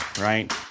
right